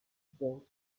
built